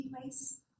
place